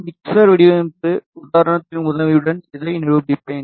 mixer வடிவமைப்பு உதாரணத்தின் உதவியுடன் இதை நிரூபிப்பேன்